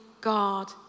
God